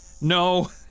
No